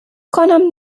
کنم